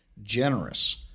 Generous